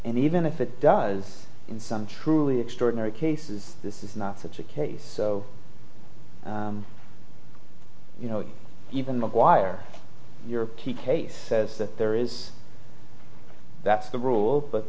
and even if it does in some truly extraordinary cases this is nothing to case so you know even mcguire your key case says that there is that's the rule but